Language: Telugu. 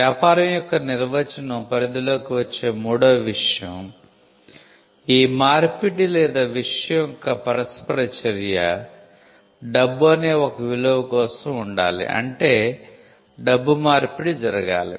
వ్యాపారం యొక్క నిర్వచనం పరిధిలోకి వచ్చే మూడవ విషయం ఈ మార్పిడి లేదా విషయం యొక్క పరస్పర చర్య డబ్బు అనే ఒక విలువ కోసం ఉండాలి అంటే డబ్బు మార్పిడి జరగాలి